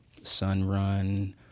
Sunrun